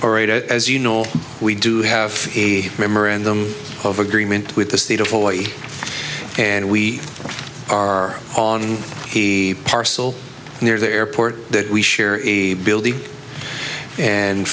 eight as you know we do have a memorandum of agreement with the state of hawaii and we are on a parcel near the airport that we share a building and